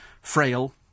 frail